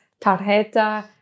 tarjeta